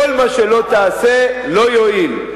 כל מה שלא תעשה לא יועיל.